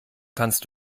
kannst